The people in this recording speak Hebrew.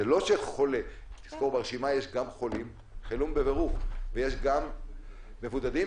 תזכור, ברשימה יש גם חולים בבירור ויש גם מבודדים.